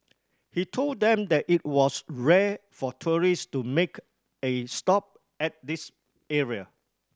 he told them that it was rare for tourist to make a stop at this area